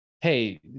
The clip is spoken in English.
hey